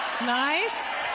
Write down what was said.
Nice